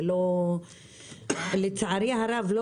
לצערי הרב,